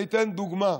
אני אתן דוגמה: